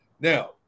Now